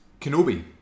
Kenobi